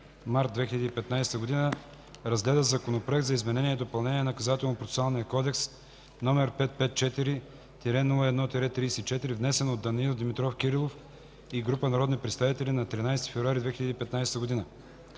март 2015 г., разгледа Законопроект за изменение и допълнение на Наказателно-процесуалния кодекс, № 554-01-34, внесен от Данаил Димитров Кирилов и група народни представители на 13 февруари 2015 г.